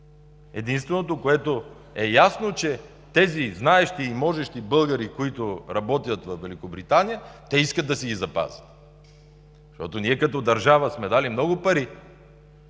Единственото, което е ясно, е, че тези знаещи и можещи българи, които работят във Великобритания, те искат да си ги запазят. Защото ние като държава сме дали много пари